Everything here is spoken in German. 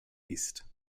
ist